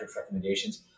recommendations